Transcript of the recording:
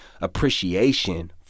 appreciation